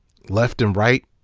left and right.